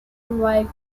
provide